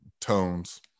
tones